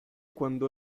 quando